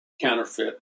counterfeit